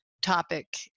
topic